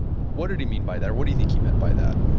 what did he mean by that, or what do you think he meant by that?